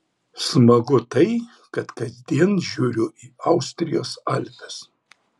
smagu tai kad kasdien žiūriu į austrijos alpes